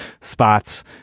spots